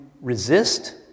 resist